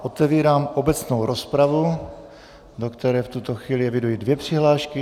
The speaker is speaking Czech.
Otevírám obecnou rozpravu, do které v tuto chvíli eviduji dvě přihlášky.